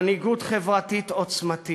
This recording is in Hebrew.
מנהיגות חברתית עוצמתית.